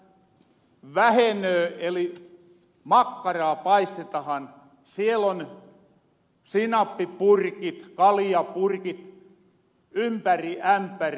eli makkaraa paistetahan siel on sinappipurkit kaljapurkit ympäri ämpäri